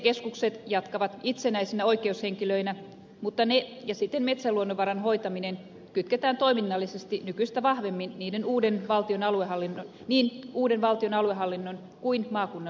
metsäkeskukset jatkavat itsenäisinä oikeushenkilöinä mutta ne ja siten metsäluonnonvaran hoita minen kytketään toiminnallisesti nykyistä vahvemmin niin uuden valtion aluehallinnon kuin maakunnan liittojenkin yhteyteen